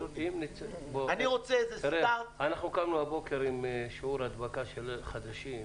תראה, אנחנו קמנו הבוקר עם שיעורי הדבקה חדשים,